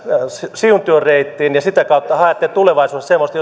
siuntion reittiin ja sitä kautta haette tulevaisuudessa semmoista